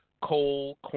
Coal